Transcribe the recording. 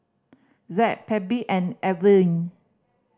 Zack Phebe and Elwin